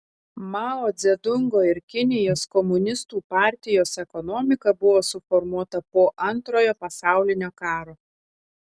mao dzedungo ir kinijos komunistų partijos ekonomika buvo suformuota po antrojo pasaulinio karo